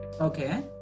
okay